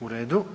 U redu.